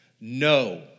no